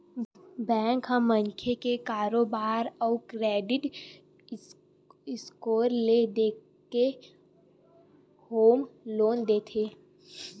bank ह मनखे के कारोबार अउ क्रेडिट स्कोर ल देखके होम लोन देथे